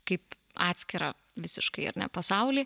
kaip atskirą visiškai ar ne pasaulį